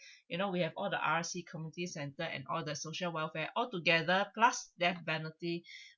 you know we have all the R_C community center and all the social welfare altogether plus death penalty